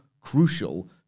crucial